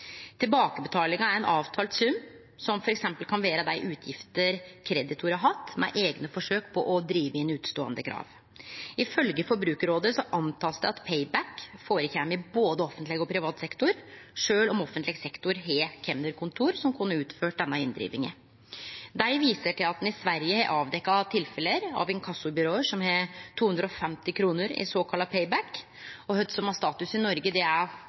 avtalt sum, som f.eks. kan vere dei utgiftene kreditor har hatt med eigne forsøk på å drive inn uteståande krav. Ifølgje Forbrukarrådet blir det anteke at «pay back» førekjem i både offentleg og privat sektor, sjølv om offentleg sektor har kemnerkontor som kunne utført denne inndrivinga. Dei viser til at ein i Sverige har avdekt tilfelle der inkassobyrå har 250 kr i såkalla «pay back». Kva som er status i Noreg, er ifølgje Forbrukarrådet førebels ikkje kjent, men eg meiner òg at det er